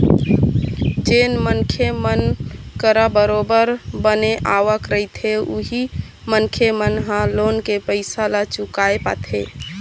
जेन मनखे मन करा बरोबर बने आवक रहिथे उही मनखे मन ह लोन के पइसा ल चुकाय पाथे